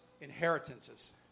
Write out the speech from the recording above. inheritances